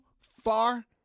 far